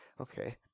Okay